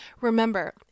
Remember